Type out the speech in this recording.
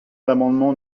l’amendement